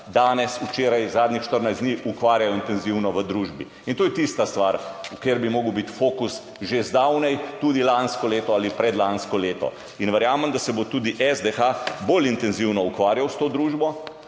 danes, včeraj, zadnjih 14 dni v družbi intenzivno ukvarjajo. In to je tista stvar, kjer bi moral biti fokus že zdavnaj, tudi lansko leto ali predlansko leto. Verjamem, da se bo tudi SDH bolj intenzivno ukvarjal s to družbo